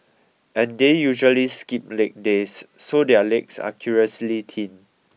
and they usually skip leg days so their legs are curiously thin